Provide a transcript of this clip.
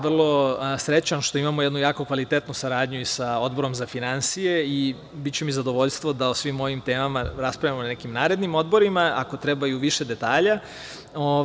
Vrlo sam srećan što imamo jednu jako kvalitetnu saradnju i sa Odborom za finansije i biće mi zadovoljstvo da o svim ovim temama raspravljamo na nekim narednim odborima, ako treba i u više detalja.